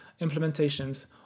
implementations